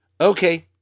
Okay